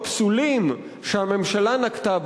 הפסולים שהממשלה נקטה,